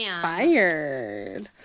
fired